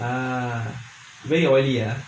err we're already ah